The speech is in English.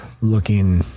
looking